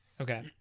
Okay